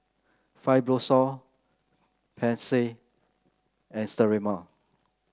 Fibrosol Pansy and Sterimar